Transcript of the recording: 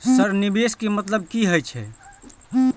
Sir निवेश के मतलब की हे छे?